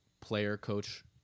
player-coach